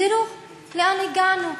ותראו לאן הגענו: